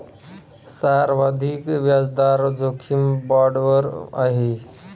सर्वाधिक व्याजदर जोखीम बाँडवर आहे